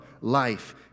life